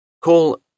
call